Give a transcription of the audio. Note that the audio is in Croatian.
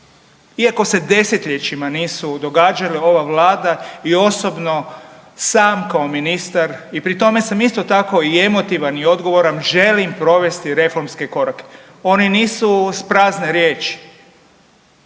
Iako se desetljećima nisu događale ova Vlada i osobno sam kao ministar i pri tome sam isto tako i emotivan i odgovoran, želim provesti reformske korake. One nisu isprazne riječi,